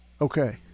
Okay